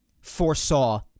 foresaw